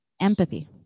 Empathy